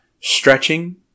stretching